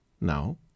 now